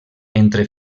entre